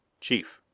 chief!